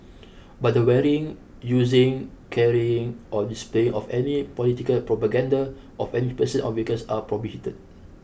but the wearing using carrying or displaying of any political propaganda of any person or vehicles are prohibited